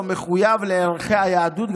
או מחויב לערכי היהדות,